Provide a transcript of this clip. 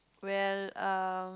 well err